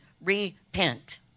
Repent